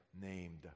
named